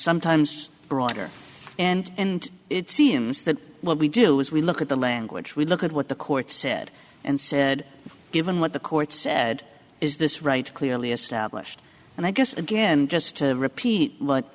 sometimes broader and and it seems that what we do is we look at the language we look at what the court said and said given what the court said is this right clearly established and i guess again just to repeat what